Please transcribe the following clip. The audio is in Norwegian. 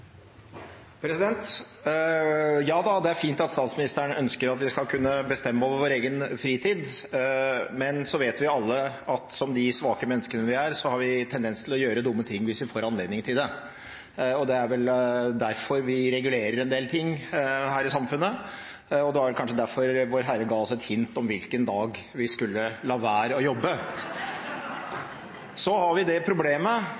fint at statsministeren ønsker at vi skal kunne bestemme over vår egen fritid, men så vet vi alle at som de svake menneskene vi er, har vi en tendens til å gjøre dumme ting hvis vi får anledning til det. Det er vel derfor vi regulerer en del ting her i samfunnet, og det var vel kanskje derfor Vår Herre ga oss et hint om hvilken dag vi skulle la være å jobbe. Så har vi det problemet